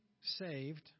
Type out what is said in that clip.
saved